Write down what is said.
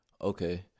Okay